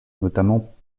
notamment